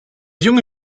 junge